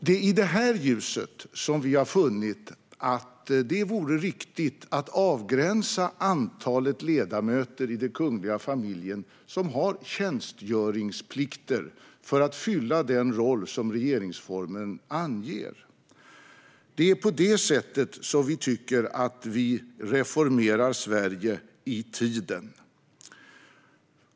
Det är i det ljuset vi har funnit att det vore riktigt att avgränsa antalet medlemmar i den kungliga familjen som har tjänstgöringsplikter för att fylla den roll som regeringsformen anger. Det är på det sättet vi tycker att vi reformerar Sverige i tiden.